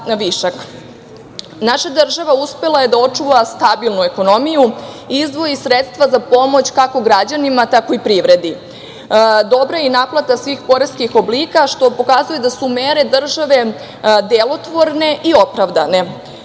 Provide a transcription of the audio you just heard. Naša država uspela je da očuva stabilnu ekonomiju, izdvoji sredstva za pomoć građanima, tako i privredi. Dobra je i naplata svih poreskih oblika, što pokazuje da su mere države delotvorne i opravdane. Pomoći